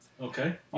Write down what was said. Okay